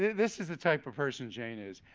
this is the type of person jane is.